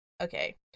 okay